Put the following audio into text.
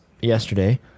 yesterday